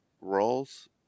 roles